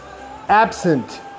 absent